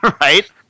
Right